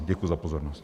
Děkuji za pozornost.